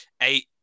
eight